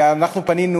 אנחנו פנינו,